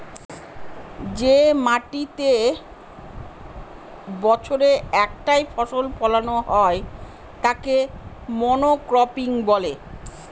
যে মাটিতেতে বছরে একটাই ফসল ফোলানো হয় তাকে মনোক্রপিং বলে